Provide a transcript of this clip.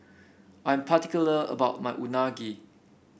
I'm particular about my Unagi